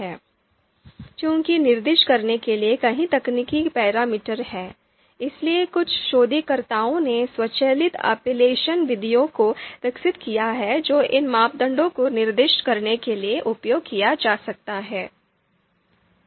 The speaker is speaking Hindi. चूंकि निर्दिष्ट करने के लिए कई तकनीकी पैरामीटर हैं इसलिए कुछ शोधकर्ताओं ने स्वचालित एपिलेशन विधियों को विकसित किया है जो इन मापदंडों को निर्दिष्ट करने के लिए उपयोग किया जा सकता है